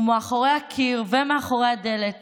ומאחורי הקיר ומאחורי הדלת